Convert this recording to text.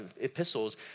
epistles